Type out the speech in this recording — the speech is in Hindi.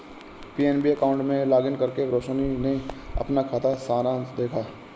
पी.एन.बी अकाउंट में लॉगिन करके रोशनी ने अपना खाता सारांश देखा